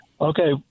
Okay